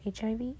HIV